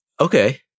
Okay